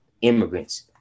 immigrants